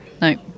No